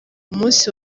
umunsi